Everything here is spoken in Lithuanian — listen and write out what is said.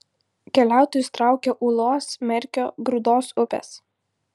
keliautojus traukia ūlos merkio grūdos upės